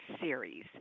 series